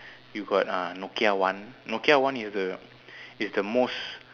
you got uh Nokia one Nokia one is the is the most